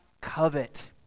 covet